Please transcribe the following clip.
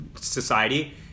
society